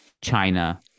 China